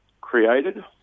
created